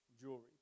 Jewelry